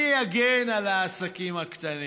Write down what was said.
מי יגן על העסקים הקטנים?